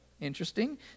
Interesting